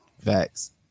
Facts